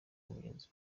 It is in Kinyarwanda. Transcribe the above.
mugenzi